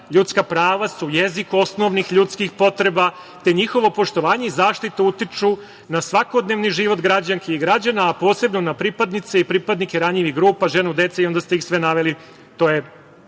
"Ljudska prava su jezik osnovnih ljudskih potreba, te njihovo poštovanje i zaštita utiču na svakodnevni život građanki i građana, a posebno na pripadnice i pripadnike ranjivih grupa, žene, dece", onda ste ih sve naveli. To je,